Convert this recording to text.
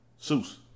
Seuss